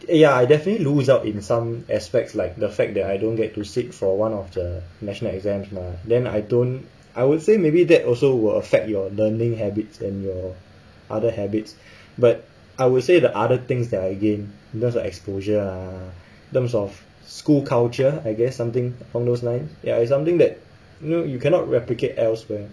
ya I definitely lose out in some aspects like the fact that I don't get to sit for one of the national exams mah then I don't I would say maybe that also will affect your learning habits and your other habits but I would say the other things that are again just the exposure ah in terms of school culture I guess something along those lines ya it's something that you know you cannot replicate elsewhere